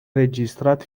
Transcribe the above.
înregistrat